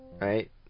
right